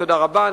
תודה רבה,